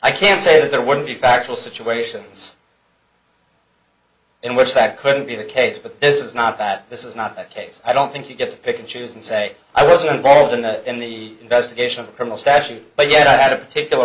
i can say that there would be factual situations in which that could be the case but this is not that this is not the case i don't think you get to pick and choose and say i wasn't involved in that in the investigation of a criminal statute but you had a particular